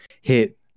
hit